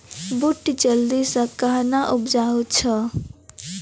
बूट जल्दी से कहना उपजाऊ छ?